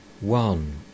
one